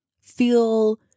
feel